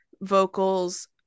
vocals